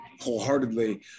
wholeheartedly